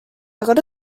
gotta